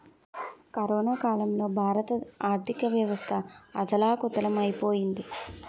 corona కాలంలో భారత ఆర్థికవ్యవస్థ అథాలకుతలం ఐపోయింది